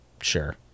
Sure